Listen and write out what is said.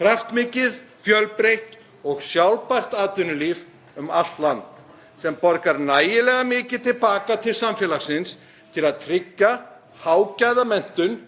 Kraftmikið, fjölbreytt og sjálfbært atvinnulíf um allt land sem borgar nægilega mikið til baka til samfélagsins til að tryggja hágæða menntun,